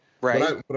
Right